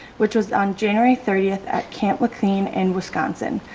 which was on january thirty at camp mclean in wisconsin.